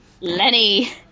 Lenny